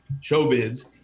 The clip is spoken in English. showbiz